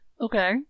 Okay